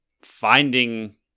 finding